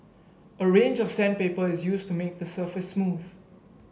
a range of sandpaper is used to make the surface smooth